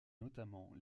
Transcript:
notamment